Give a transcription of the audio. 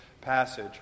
passage